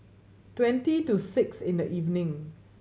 twenty to six in the evening